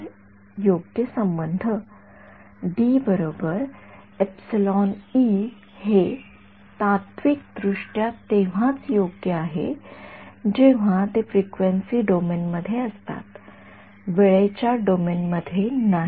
तर योग्य संबंध डी बरोबर एपिसिलॉन ई हे तात्त्विकदृष्ट्या तेव्हाच योग्य आहे जेव्हा ते फ्रिक्वेन्सी डोमेन मध्ये असतात वेळेच्या डोमेन मध्ये नाही